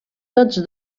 tots